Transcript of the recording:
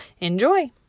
Enjoy